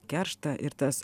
kerštą ir tas